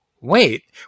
wait